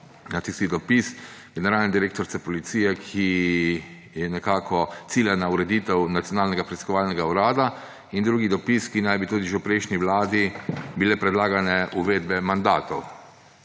na tisti dopis generalne direktorice policije, ki nekako cilja na ureditev Nacionalnega preiskovalnega urada, in drugi dopis, kjer naj bi tudi že v prejšnji vladi bile predlagane uvedbe mandatov.